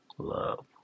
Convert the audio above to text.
love